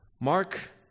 Mark